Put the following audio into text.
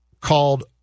called